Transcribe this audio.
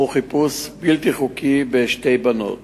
ערכו חיפוש בלתי חוקי בשתי בנות.